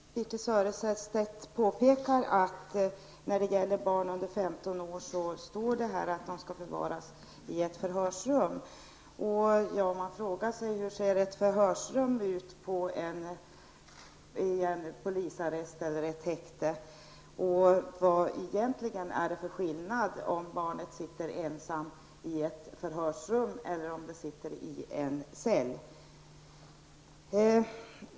Herr talman! Birthe Sörestedt påpekar att det står att barn under 15 år skall förvaras i ett förhörsrum. Man kan då fråga sig hur ett förhörsrum ser ut i en polisarrest eller på ett häkte. Vad är det egentligen för skillnad mellan om barnet sitter ensamt i ett förhörsrum eller i en cell?